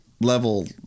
level